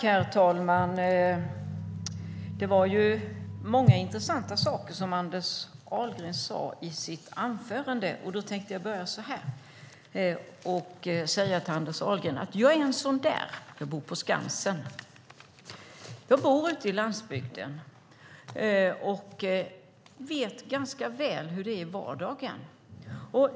Herr talman! Det var många intressanta saker som Anders Ahlgren sade i sitt anförande. Jag tänkte börja med att säga till Anders Ahlgren: Jag är en sådan där, jag bor på Skansen. Jag bor ute på landsbygden och vet ganska väl hur det är i vardagen.